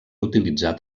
utilitzat